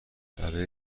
برای